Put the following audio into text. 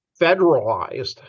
federalized